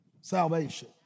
Salvation